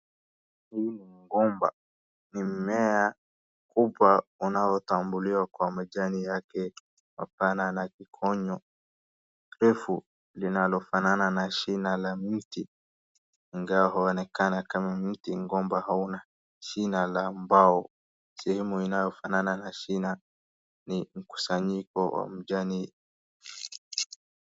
Huu ni mgomba. Ni mmea kubwa unaotambuliwa kwa majani yake ambayo kutokana na kikonyo ndefu linalofanana na shina la mtu. Ingawa uonekama kama mti, mgomba hauna shina la mbao. Sehemu inalofanana na shina ni mkusanyiko wa majani